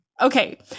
Okay